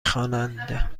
خوانند